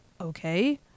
Okay